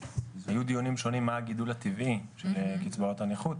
היו דיונים שונים מה הגידול הטבעי של קצבאות הנכות,